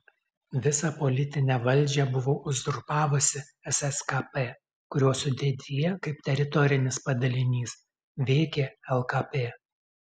visą politinę valdžią buvo uzurpavusi sskp kurios sudėtyje kaip teritorinis padalinys veikė lkp